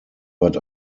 but